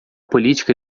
política